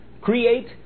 create